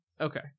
okay